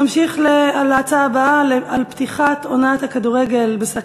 נעבור להצעות לסדר-היום מס'